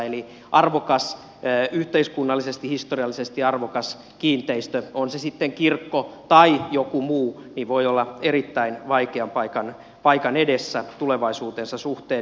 eli yhteiskunnallisesti historiallisesti arvokas kiinteistö on se sitten kirkko tai joku muu voi olla erittäin vaikean paikan edessä tulevaisuutensa suhteen